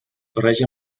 barreja